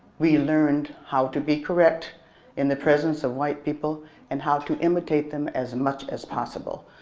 we learned how to be correct in the presence of white people and how to imitate them as much as possible.